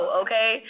okay